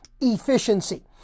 efficiency